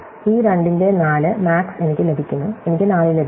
ഈ 2 ന്റെ 4 മാക്സ് എനിക്ക് ലഭിക്കുന്നു എനിക്ക് 4 ലഭിക്കുന്നു